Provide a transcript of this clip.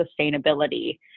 sustainability